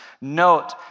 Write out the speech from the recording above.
Note